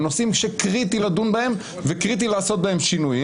נושאים שקריטי לדון בהם וקריטי לעשות בהם שינויים